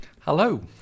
Hello